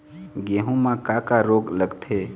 गेहूं म का का रोग लगथे?